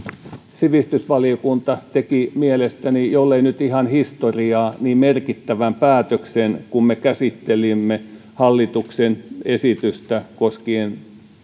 sivistysvaliokunta teki mielestäni jollei nyt ihan historiaa niin merkittävän päätöksen kun me käsittelimme hallituksen esitystä koskien